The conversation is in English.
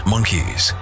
Monkeys